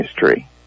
history